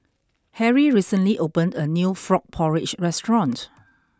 Harrie recently opened a new frog porridge restaurant